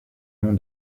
nom